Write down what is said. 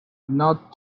not